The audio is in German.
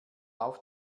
auf